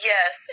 Yes